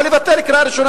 או לבטל קריאה ראשונה בכלל.